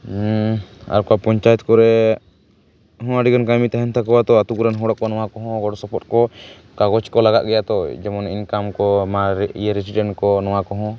ᱟᱨ ᱚᱠᱟ ᱯᱚᱱᱪᱟᱭᱮᱫ ᱠᱚᱨᱮ ᱦᱚᱸ ᱟᱹᱰᱤ ᱜᱟᱱ ᱠᱟᱹᱢᱤ ᱛᱟᱦᱮᱱ ᱛᱟᱠᱚᱣᱟ ᱛᱚ ᱟᱛᱳ ᱠᱚᱨᱮᱱ ᱦᱚᱲ ᱠᱚ ᱱᱚᱣᱟ ᱠᱚᱦᱚᱸ ᱜᱚᱲ ᱥᱚᱯᱚᱦᱚᱫ ᱠᱚ ᱠᱟᱜᱚᱡ ᱠᱚ ᱞᱟᱜᱟᱜ ᱜᱮᱭᱟ ᱛᱚ ᱡᱮᱢᱚᱱ ᱤᱱᱠᱟᱢ ᱠᱚ ᱢᱟᱨᱮ ᱤᱭᱟᱹ ᱨᱮᱥᱤᱰᱮᱱ ᱠᱚ ᱱᱚᱣᱟ ᱠᱚᱦᱚᱸ